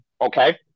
okay